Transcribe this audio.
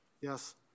Yes